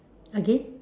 again